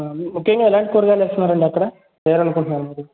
ముఖ్యంగా ఎలాంటి కూరగాయలు వేస్తున్నారండి అక్కడ వెయాలనుకుంటున్నారు మీరు